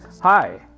Hi